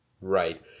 Right